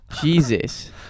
Jesus